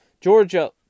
Georgia